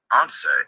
Answer